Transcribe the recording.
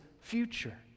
future